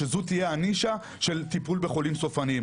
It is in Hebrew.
שזו תהיה הנישה של טיפול בחולים סופניים.